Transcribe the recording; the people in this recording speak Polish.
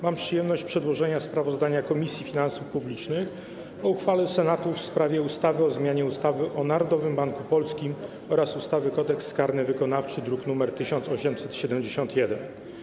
Mam przyjemność przedłożenia sprawozdania Komisji Finansów Publicznych o uchwale Senatu w sprawie ustawy o zmianie ustawy o Narodowym Banku Polskim oraz ustawy - Kodeks karny wykonawczy, druk nr 1871.